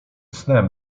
snem